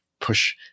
push